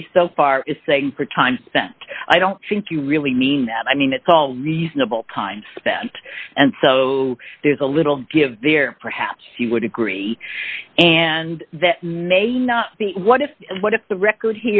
to me so far is saying for time spent i don't think you really mean that i mean it's all reasonable time spent and so there's a little give there perhaps you would agree and that may not be what if what if the record